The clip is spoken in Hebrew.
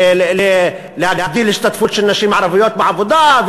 אי-אפשר להגדיל את ההשתתפות של נשים ערביות בעבודה,